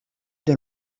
der